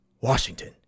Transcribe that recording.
Washington